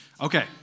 Okay